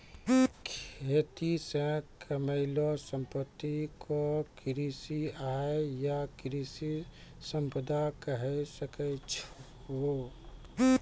खेती से कमैलो संपत्ति क कृषि आय या कृषि संपदा कहे सकै छो